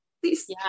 please